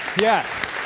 Yes